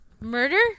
murder